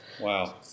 Wow